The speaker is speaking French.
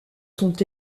sont